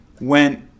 went